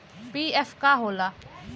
PF का होला?